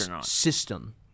system